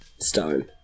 stone